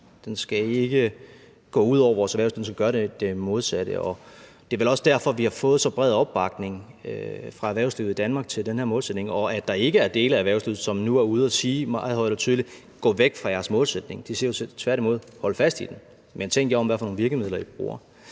den skal ikke gå ud over vores erhvervsliv – den skal gøre det modsatte. Og det er vel også derfor, at vi har fået så bred opbakning fra erhvervslivet i Danmark til den her målsætning, og at der ikke er dele af erhvervslivet, som nu er ude at sige meget højt og tydeligt: Gå væk fra jeres målsætning. De siger tværtimod: Hold fast i den, men tænk over, hvad for nogle virkemidler I bruger.